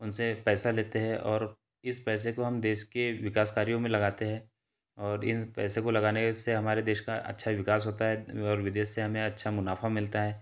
उनसे पैसा लेते है और इस पैसे को हम देश के विकास कार्यों में लगाते है और इन पैसे को लगाने से हमारे देश का अच्छा विकास होता है और विदेश से हमें अच्छा मुनाफ़ा मिलता है